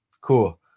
cool